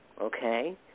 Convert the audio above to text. Okay